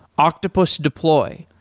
octopus deploy,